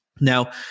Now